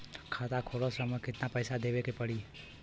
खाता खोलत समय कितना पैसा देवे के पड़ी?